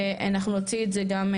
ואנחנו נוציא את זה גם,